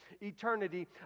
eternity